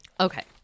Okay